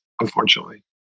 Unfortunately